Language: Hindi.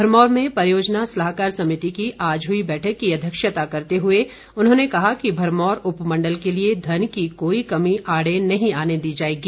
भरमौर में परियोजना सलाहकार समिति की आज हुई बैठक की अध्यक्षता करते हुए उन्होंने कहा कि भरमौर उपमण्डल के लिए धन की कोई कमी आड़ नहीं आने दी जाएगी